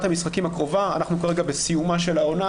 המשחקים הקרובה אנחנו כרגע בסיומה של העונה,